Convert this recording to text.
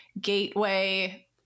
gateway